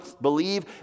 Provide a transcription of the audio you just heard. believe